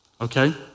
Okay